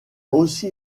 aussi